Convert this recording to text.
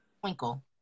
Twinkle